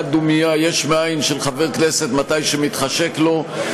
דומייה יש מאין של חבר כנסת מתי שמתחשק לו,